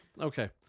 Okay